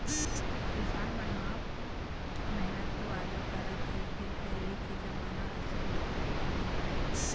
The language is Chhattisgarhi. किसान मन ह मेहनत तो आजो करत हे फेर पहिली के जमाना असन डपटके नइ राहय